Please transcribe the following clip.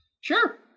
Sure